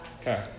Okay